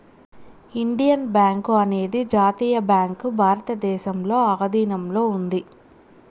Indian Bank అనేది జాతీయ bank భారతదేశంలో ఆధీనంలో ఉంది